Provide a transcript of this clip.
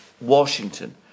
Washington